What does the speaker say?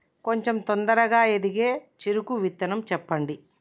కొంచం తొందరగా ఎదిగే చెరుకు విత్తనం చెప్పండి?